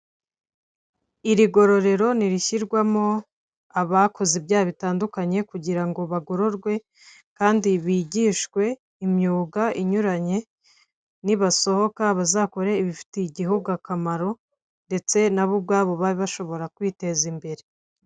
Iri ngororero ni irishyirwamo abakoze ibyaha bitandukanye kugira ngo bagororwe kandi bigishwe imyuga inyuranye, nibasohoka bazakore ibifitiye igihugu akamaro ndetse nabo ubwabo babe bashobora kwiteza imbere.